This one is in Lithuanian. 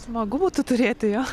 smagu būtų turėti jo